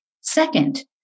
Second